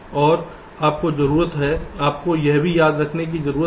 तो आपको जरूरत है आपको यह भी याद रखने की जरूरत है